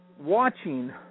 watching